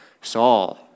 Saul